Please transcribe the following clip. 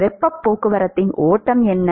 வெப்பப் போக்குவரத்தின் ஓட்டம் என்ன